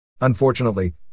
Unfortunately